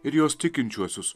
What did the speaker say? ir jos tikinčiuosius